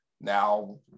Now